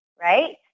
right